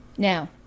Now